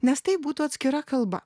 nes tai būtų atskira kalba